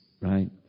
Right